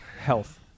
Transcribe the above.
Health